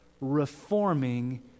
reforming